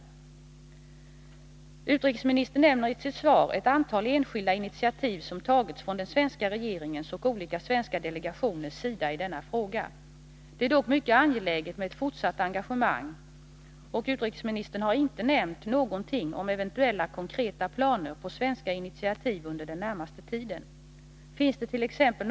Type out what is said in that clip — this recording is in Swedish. Utrikesministern nämner i sitt svar ett antal enskilda initiativ som i denna fråga tagits från den svenska regeringens och olika svenska delegationers sida. Det är dock mycket angeläget med ett fortsatt engagemang, men utrikesministern har inte nämnt någonting om eventuella konkreta planer på svenska initiativ under den närmaste tiden. Finns dett.ex.